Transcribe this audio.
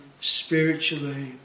spiritually